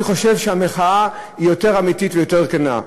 אני חושב שהמחאה היא יותר אמיתית ויותר כנה.